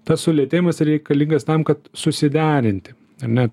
tas sulėtėjimas reikalingas tam kad susiderinti ar ne